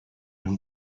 him